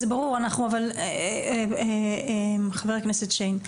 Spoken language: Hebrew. זה ברור, חבר הכנסת שיין.